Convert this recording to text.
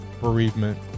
bereavement